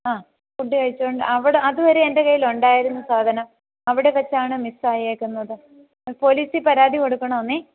ആ ഫുഡ് കഴിച്ചുകൊണ്ട് അവിടെ അത് വരെ എൻ്റെ കയ്യിലുണ്ടായിരുന്നു സാധനം അവിടെ വെച്ചാണ് മിസ് ആയേക്കുന്നത് പോലീസിൽ പരാതി കൊടുക്കണമോന്നേ